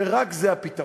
שרק זה הפתרון.